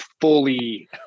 fully